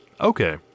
Okay